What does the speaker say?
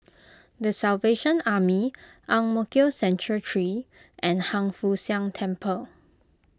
the Salvation Army Ang Mo Kio Central three and Hiang Foo Siang Temple